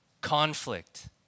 Conflict